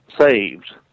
saved